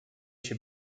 się